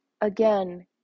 again